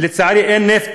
ולצערי אין נפט,